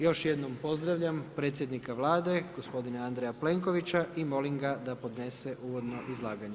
Još jednom pozdravljam predsjednika Vlade gospodina Andreja Plenkovića i molim ga da podnese uvodno izlaganje.